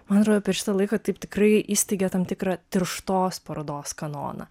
man atrodo per šitą laiką taip tikrai įsteigė tam tikrą tirštos parodos kanoną